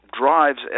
drives